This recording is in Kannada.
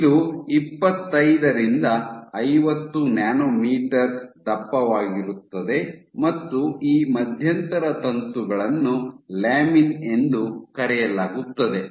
ಇದು ಇಪ್ಪತ್ತೈದರಿಂದ ಐವತ್ತು ನ್ಯಾನೊಮೀಟರ್ ದಪ್ಪವಾಗಿರುತ್ತದೆ ಮತ್ತು ಈ ಮಧ್ಯಂತರ ತಂತುಗಳನ್ನು ಲ್ಯಾಮಿನ್ ಎಂದು ಕರೆಯಲಾಗುತ್ತದೆ